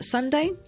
Sunday